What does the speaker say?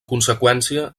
conseqüència